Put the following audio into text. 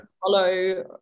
Follow